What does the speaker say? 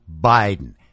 Biden